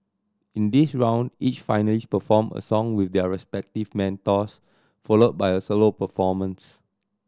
in this round each finalist perform a song with their respective mentors followed by a solo performance